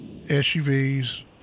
SUVs